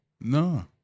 No